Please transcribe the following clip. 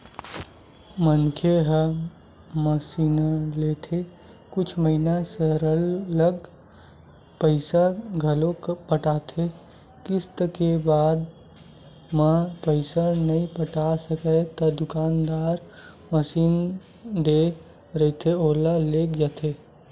मनखे ह मसीनलेथे कुछु महिना सरलग पइसा घलो पटाथे किस्ती के बाद म पइसा नइ पटा सकय ता दुकानदार मसीन दे रहिथे ओला लेग जाथे